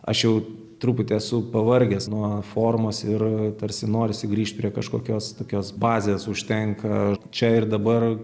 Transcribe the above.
aš jau truputį esu pavargęs nuo formos ir tarsi norisi grįžt prie kažkokios tokios bazės užtenka čia ir dabar